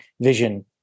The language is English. vision